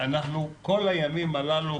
את כל הימים הללו,